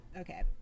Okay